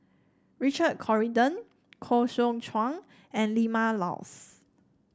Richard Corridon Koh Seow Chuan and Vilma Laus